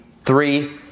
three